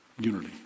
Unity